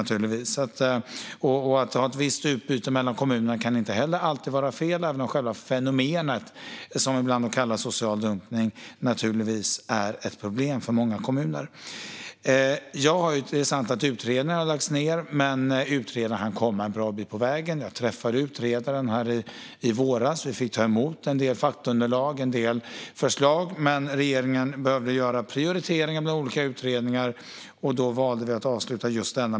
Att ha ett visst utbyte mellan kommunerna kan inte heller alltid vara fel, även om själva fenomenet, som ibland kallas social dumpning, naturligtvis är ett problem för många kommuner. Det är sant att utredningen har lagts ned. Men utredaren hann komma en bra bit på vägen. Jag träffade utredaren i våras. Vi fick ta emot en del faktaunderlag och en del förslag. Regeringen behövde dock göra prioriteringar bland olika utredningar, och då valde vi att avsluta just denna.